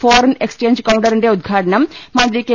foreign exchange കൌണ്ടറിന്റെ ഉദ്ഘാടനം മന്ത്രി കെ